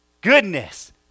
goodness